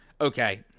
Okay